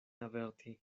averti